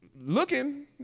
looking